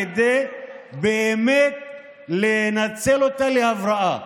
כדי באמת לנצל אותה להבראה.